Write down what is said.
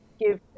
give